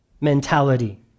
mentality